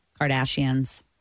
Kardashians